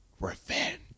Revenge